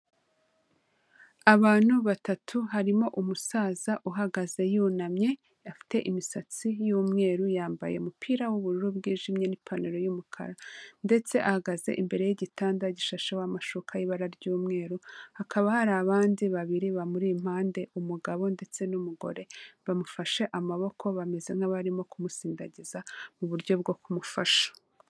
Abantu batatu harimo umusaza uhagaze yunamye afite imisatsi yuumweru yambaye umupira wubururu bwijimye n'ipantaro y'umukara, ndetse ahagaze imbere y'igitanda gishashe amashuka ibara ry'umweru, hakaba hari abandi babiri bamuri impande umugabo ndetse n'umugore bamufashe amaboko bameze nk'abarimo kumusindagiza muburyo bwo kumufasha.